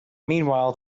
meanwhile